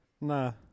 No